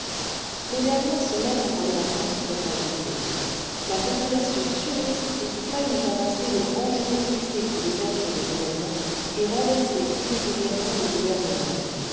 les dernières semaines avant les vacances furent agitées la population surexcitée faillit avancer le grand jour fixé pour l'ouverture des événements et renverser irrégulièrement le gouvernement